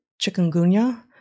chikungunya